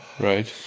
right